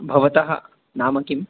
भवतः नाम किं